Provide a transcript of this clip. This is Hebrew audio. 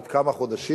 עוד כמה חודשים,